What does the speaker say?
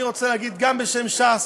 אני רוצה להגיד גם בשם ש"ס,